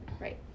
Right